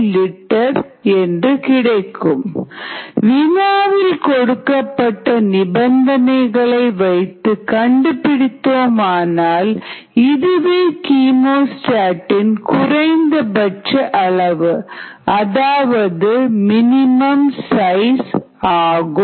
02 l வினாவில் கொடுக்கப்பட்ட நிபந்தனைகளை வைத்து கண்டுபிடித்தோம் ஆனால் இதுவே கீமோஸ்டாட் இன் குறைந்தபட்ச அளவு அதாவது மினிமம் சைஸ் ஆகும்